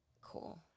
cool